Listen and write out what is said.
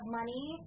money